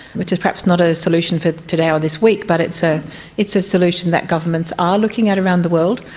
which is perhaps not a solution for today or this week but it's ah it's a solution that governments are looking at around the world,